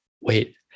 wait